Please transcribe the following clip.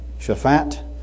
Shaphat